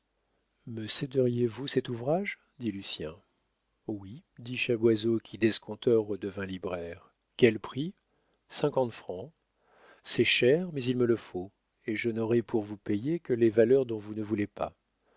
me céderiez vous cet ouvrage dit lucien oui dit chaboisseau qui d'escompteur redevint libraire quel prix cinquante francs c'est cher mais il me le faut et je n'aurais pour vous payer que les valeurs dont vous ne voulez pas